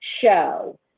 show